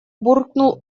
буркнул